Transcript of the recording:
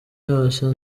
yose